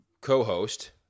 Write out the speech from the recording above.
co-host